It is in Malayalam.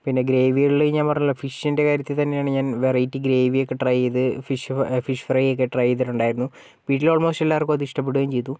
പിന്നെ ഗ്രേവികളിൽ ഞാൻ പറഞ്ഞല്ലോ ഫിഷിൻ്റെ കാര്യത്തിൽ തന്നെയാണ് ഞാൻ വെറൈറ്റി ഗ്രേവി ഒക്കെ ട്രൈ ചെയ്തത് ഫിഷ് ഫ്രൈ ഒക്കെ ട്രൈ ചെയ്തിട്ടുണ്ടായിരുന്നു വീട്ടിൽ അൽമോസ്റ്റ് എല്ലാവർക്കും അത് ഇഷ്ട്ടപെടുകയും ചെയ്തു